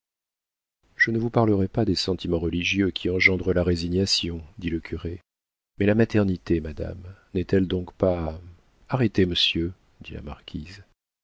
je ne vous parlerai pas des sentiments religieux qui engendrent la résignation dit le curé mais la maternité madame n'est-elle donc pas arrêtez monsieur dit la marquise